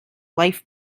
life